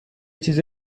چیز